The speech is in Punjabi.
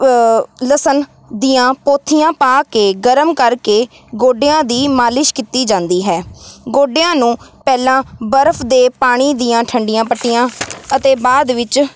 ਲਸਣ ਦੀਆਂ ਪੋਥੀਆਂ ਪਾ ਕੇ ਗਰਮ ਕਰਕੇ ਗੋਡਿਆਂ ਦੀ ਮਾਲਸ਼ ਕੀਤੀ ਜਾਂਦੀ ਹੈ ਗੋਡਿਆਂ ਨੂੰ ਪਹਿਲਾਂ ਬਰਫ ਦੇ ਪਾਣੀ ਦੀਆਂ ਠੰਡੀਆਂ ਪੱਟੀਆਂ ਅਤੇ ਬਾਅਦ ਵਿੱਚ